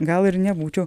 gal ir nebūčiau